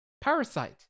Parasite